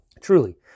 Truly